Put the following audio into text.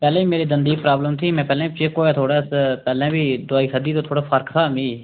पैह्ले बी मेरे दंदै गी प्राब्लम ही में पैह्ले ठीक होएआ थोह्ड़ा पैह्लें बी दोआई खाद्दी ते थोह्ड़ा फर्क हा मी